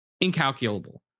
incalculable